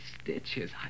stitches